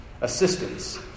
assistance